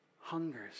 hungers